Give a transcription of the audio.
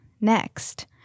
next